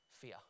fear